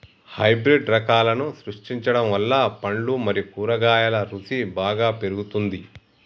hybrid రకాలను సృష్టించడం వల్ల పండ్లు మరియు కూరగాయల రుసి బాగా పెరుగుతుంది